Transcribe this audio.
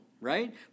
right